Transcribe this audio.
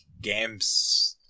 games